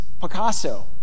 Picasso